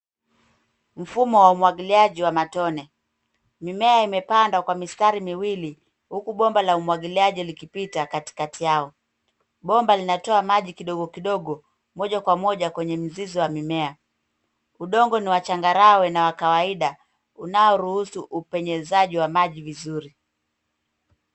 Mfumo wa umwagiliaji wa matone. Mimea imepandwa kwa mistari miwili huku bomba la umwagiliaji likipita katikati yao. Bomba linatoa maji kidogo kidogo moja kwa moja kwenye mizizi wa mmea. Udongo ni wa changaragwe na kawaida unaoruhusu upenyezaji wa maji vizuri.